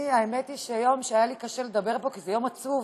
האמת היא שזה יום שהיה לי קשה לדבר בו כי זה יום עצוב.